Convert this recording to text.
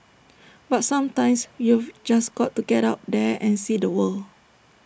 but sometimes you've just got to get out there and see the world